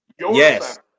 yes